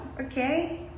Okay